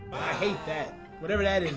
hate that whatever that